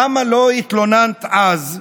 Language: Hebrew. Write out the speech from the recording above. למה לא התלוננת אז?